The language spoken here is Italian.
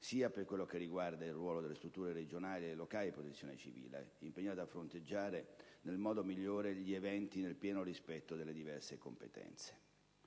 sia per quanto riguarda il ruolo delle strutture regionali e locali di protezione civile, impegnate a fronteggiare nel modo migliore gli eventi, nel pieno rispetto delle diverse competenze.